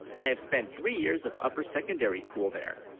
i have spent three years of upper secondary school there,